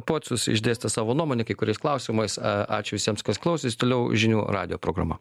pocius išdėstė savo nuomonę kai kuriais klausimais ačiū visiems kas klausėsi toliau žinių radijo programa